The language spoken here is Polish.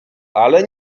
ale